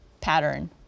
pattern